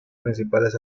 principales